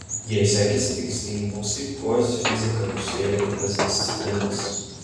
jei sekėsi tikslieji mokslai kuo fizika nusvėrė kitas disciplinas